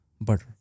butter